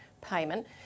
payment